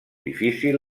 difícil